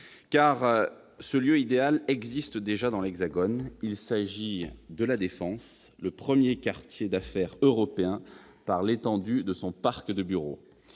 ? Ce lieu idéal existe effectivement déjà dans l'Hexagone : il s'agit de La Défense, le premier quartier d'affaires européen par l'étendue de son parc de bureaux.